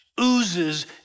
oozes